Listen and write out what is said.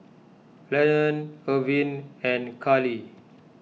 Lennon Irvin and Carley